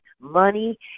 money